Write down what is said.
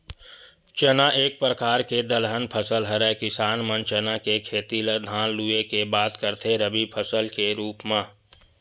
चना एक परकार के दलहन फसल हरय किसान मन चना के खेती ल धान लुए के बाद करथे रबि फसल के रुप म